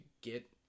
get